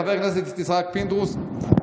חבר הכנסת יצחק פינדרוס,